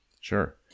sure